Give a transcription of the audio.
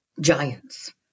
giants